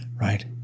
right